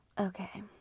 Okay